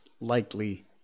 likely